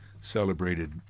celebrated